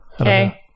Okay